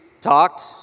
talked